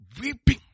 Weeping